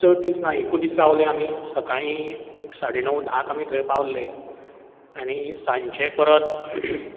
चड दीस ना एकूच दीस रावले आमी सकाळीं एक साडे णव धाक आमी थंय पावल्ले आनी सांजचे परत